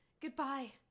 Goodbye